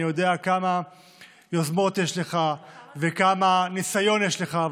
אני יודע כמה יוזמות יש לך וכמה ניסיון יש לך,